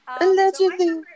Allegedly